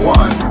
one